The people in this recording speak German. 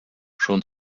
schon